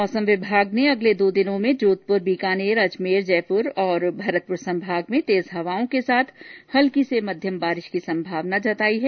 मौसम विभाग ने अगले दो दिनों में जोधपुर बीकानेर जयपुर अजमेर और भरतपुर संभाग में तेज हवाओं के साथ हल्की से मध्यम बारिश की संभावना जताई है